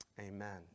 amen